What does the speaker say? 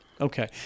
Okay